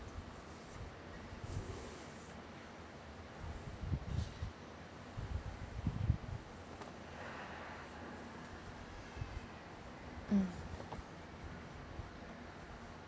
mm